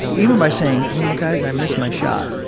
even by saying, you know, guys, i missed my shot.